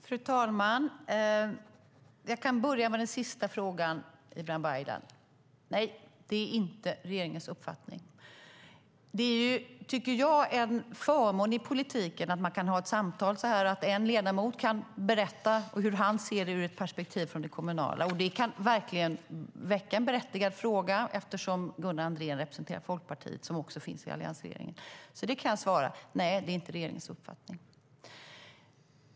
Fru talman! Jag kan börja med den sista frågan, Ibrahim Baylan: Nej, det är inte regeringens uppfattning. Jag tycker att det är en förmån i politiken att man kan ha ett samtal på det här viset. En ledamot kan berätta hur han ser det hela ur ett perspektiv - det kommunala. Det kan verkligen väcka en berättigad fråga eftersom Gunnar Andrén representerar Folkpartiet, som också finns i alliansregeringen. Jag kan alltså svara på detta: Nej, det är regeringens uppfattning.